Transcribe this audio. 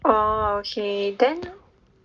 oh okay then